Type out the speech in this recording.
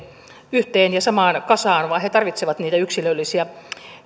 yhteen ja samaan kasaan vaan he tarvitsevat niitä yksilöllisiä